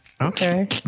okay